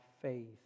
faith